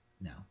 no